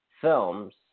films